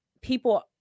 people